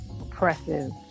oppressive